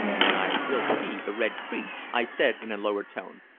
then i will see the red priest, i said in a lower tone.